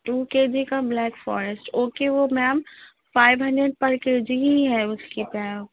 to K G کا black forest okay وہ ma'am five hundred پر کے جی ہی ہے اس کی پاؤ